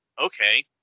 okay